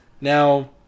now